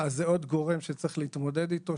אז זה עוד גורם שצריך להתמודד איתו,